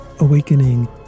awakening